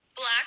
Black